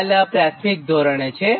હાલઆ પ્રાથમિક ધોરણે છે